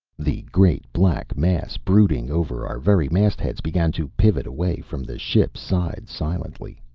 the great black mass brooding over our very mastheads began to pivot away from the ship's side silently.